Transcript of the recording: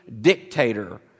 dictator